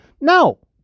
No